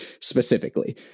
specifically